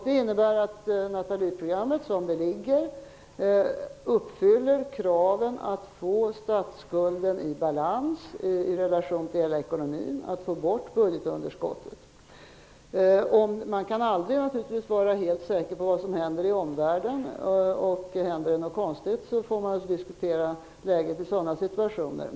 Det innebär att Nathalieprogrammet, som det är utformat, uppfyller kraven på att i relation till hela ekonomin få statsskulden i balans, dvs. att få bort budgetunderskottet. Man kan naturligtvis aldrig vara helt säker på vad som händer i omvärlden. Om det händer något konstigt, får man diskutera läget i den situationen.